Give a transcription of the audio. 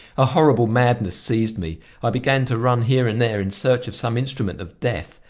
a horrible madness seized me i began to run here and there in search of some instrument of death.